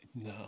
No